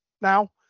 now